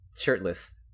Shirtless